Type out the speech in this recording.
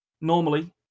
Normally